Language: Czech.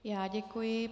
Já děkuji.